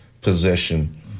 possession